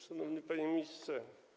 Szanowny Panie Ministrze!